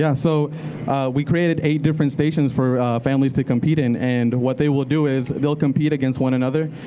yeah so we created eight different stations for families to compete in. and what they will do is they'll compete against one another.